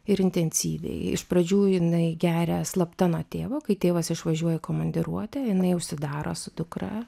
ir intensyviai iš pradžių jinai geria slapta nuo tėvo kai tėvas išvažiuoja į komandiruotę jinai užsidaro su dukra